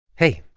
hey.